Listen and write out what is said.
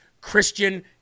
Christian